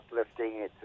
uplifting